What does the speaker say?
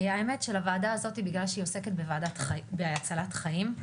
האמת שלוועדה הזאתי בגלל שהיא עוסקת בהצלת חיים,